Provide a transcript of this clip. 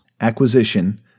Acquisition